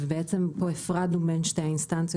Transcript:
הפרדנו בין שתי האינסטנציות.